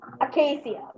Acacia